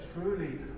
truly